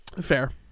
Fair